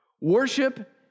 Worship